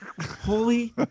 holy